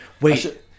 wait